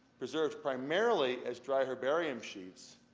preserved primarily as dry herbarium sheets,